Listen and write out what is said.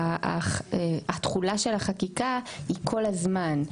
התחולה של החקיקה היא כל הזמן.